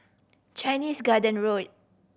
Chinese Garden Road